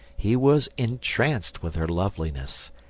he was entranced with her loveliness,